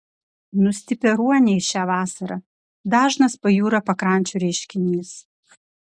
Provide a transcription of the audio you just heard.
nustipę ruoniai šią vasarą dažnas pajūrio pakrančių reiškinys